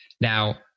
Now